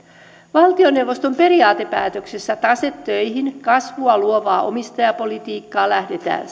valtioneuvoston periaatepäätöksessä tase töihin kasvua luovaa omistajapolitiikkaa lähdetään